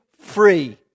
free